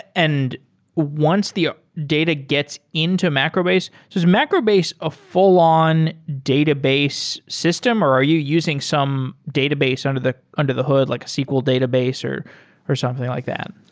and once the ah data gets into macrobase, does macrobase a full-on m database system or are you using some database under the under the hood like a sql database or or something like that?